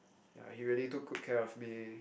ya he really took good care of me